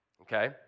Okay